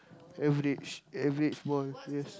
average average ball ball yes